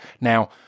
Now